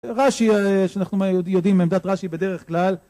רש"י, שאנחנו יודעים מעמדת רש"י בדרך כלל